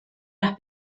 las